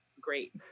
great